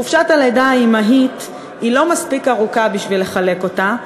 חופשת הלידה האימהית לא מספיק ארוכה בשביל לחלק אותה,